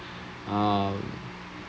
uh